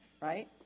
right